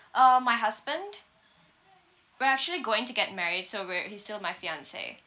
uh my husband we're actually going to get married so we're he's still my fiance